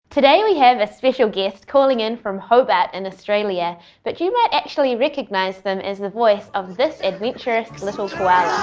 today we have a special guest calling in from hobart in australia but you might actually recognise them as the voice of this adventurous little koala